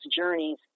journeys